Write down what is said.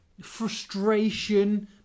frustration